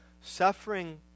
suffering